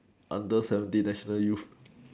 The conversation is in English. under seventeen national youth